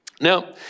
Now